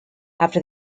after